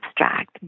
abstract